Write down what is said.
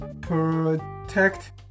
protect